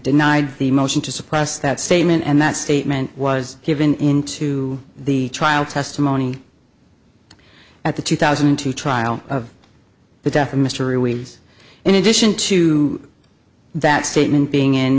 denied the motion to suppress that statement and that statement was given in to the trial testimony at the two thousand and two trial of the death of mystery ways in addition to that statement being in